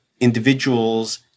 individuals